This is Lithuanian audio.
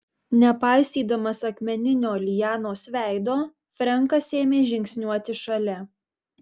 nepaisydamas akmeninio lianos veido frenkas ėmė žingsniuoti šalia